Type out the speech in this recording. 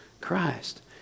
Christ